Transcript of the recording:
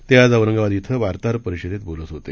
ते आज औरंगाबाद इथं वार्ताहर परिषदेत बोलत होते